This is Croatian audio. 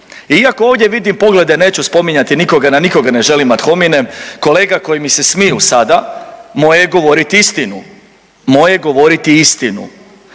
iako ovdje vidim poglede neću spominjati nikoga, na nikoga ne želim ad hominem, kolega koji mi se smiju sada, moje je govoriti istinu, moje je govoriti istinu.